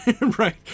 right